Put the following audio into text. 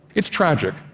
it's tragic,